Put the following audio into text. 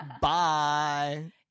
Bye